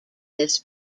this